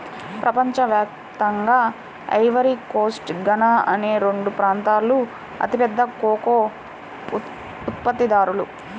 ప్రపంచ వ్యాప్తంగా Ivory Coast, Ghana అనే రెండు ప్రాంతాలూ అతిపెద్ద కోకో ఉత్పత్తిదారులు